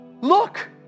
Look